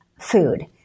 food